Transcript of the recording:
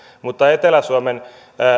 mutta etelä suomen